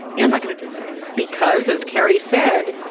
yeah, i'm not going to do that because, as carrie said,